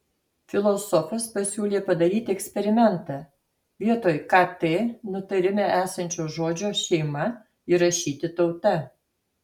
filosofas pasiūlė padaryti eksperimentą vietoj kt nutarime esančio žodžio šeima įrašyti tauta